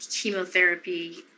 chemotherapy